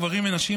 גברים ונשים,